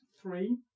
Three